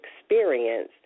experience